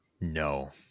no